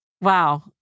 Wow